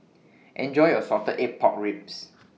Enjoy your Salted Egg Pork Ribs